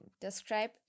Describe